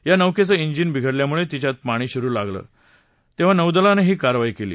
या नौकेचं जिन बिघडल्यामुळे तिच्यात पाणी शिरु लागलं तेव्हा नौदलानं ही कारवाई केली